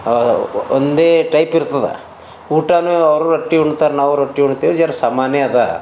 ಒಂದೇ ಟೈಪ್ ಇರ್ತದ ಊಟಾನು ಅವರೂ ರೊಟ್ಟಿ ಉಣ್ತಾರ ನಾವೂ ರೊಟ್ಟಿ ಉಣ್ತೀವಿ ಜರ್ ಸಾಮಾನ್ಯ ಅದ